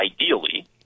ideally